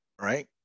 right